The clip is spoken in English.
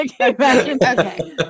Okay